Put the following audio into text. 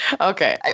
Okay